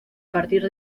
partir